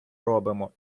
робимо